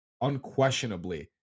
unquestionably